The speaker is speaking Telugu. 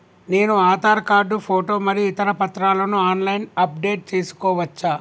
నేను ఆధార్ కార్డు ఫోటో మరియు ఇతర పత్రాలను ఆన్ లైన్ అప్ డెట్ చేసుకోవచ్చా?